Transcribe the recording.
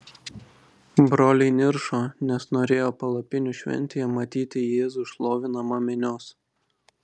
broliai niršo nes norėjo palapinių šventėje matyti jėzų šlovinamą minios